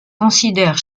considèrent